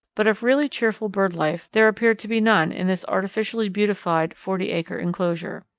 but of really cheerful bird life there appeared to be none in this artificially beautified, forty-acre enclosure.